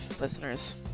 listeners